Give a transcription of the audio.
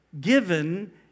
given